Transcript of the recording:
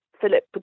Philip